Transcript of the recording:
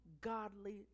godly